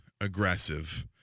aggressive